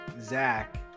Zach